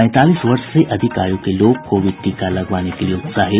पैंतालीस वर्ष से अधिक आयू के लोग कोविड टीका लगवाने के लिए उत्साहित